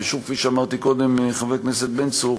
ושוב, כפי שאמרתי קודם, חבר הכנסת בן צור,